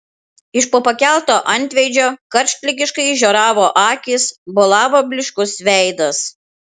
iš po pakelto antveidžio karštligiškai žioravo akys bolavo blyškus veidas